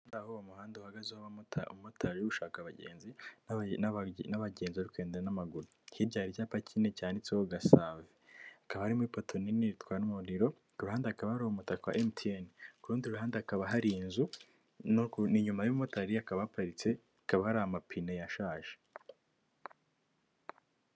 Aho uwo muhanda uhagazeho umumotari uri gushaka abagenzi n'abagenzi bari kugenda n'amaguru. Hirya hari icyapa kinini cyanditseho Gasave. Hakaba harimo ipoto nini ritwara umuriro, ku ruhande hakaba hari umutaka wa MTN. Ku rundi ruhande hakaba hari inzu, inyuma y'umumotari hakaba hari amapine yashaje.